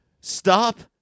stop